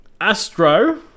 Astro